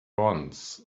once